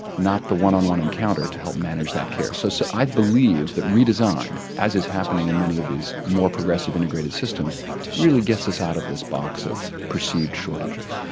not the one on one encounter to manage that care. so so i believe that redesign as is happening in many of these more progressive integrated systems really gets us out of this box of perceived shortages.